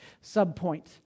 sub-point